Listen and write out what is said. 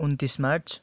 उनन्तिस मार्च